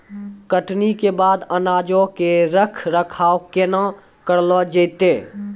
कटनी के बाद अनाजो के रख रखाव केना करलो जैतै?